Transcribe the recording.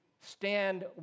stand